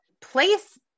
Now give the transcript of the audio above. place